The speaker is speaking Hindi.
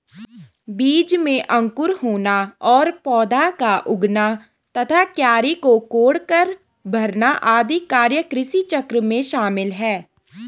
बीज में अंकुर होना और पौधा का उगना तथा क्यारी को कोड़कर भरना आदि कार्य कृषिचक्र में शामिल है